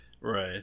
right